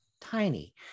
tiny